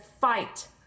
fight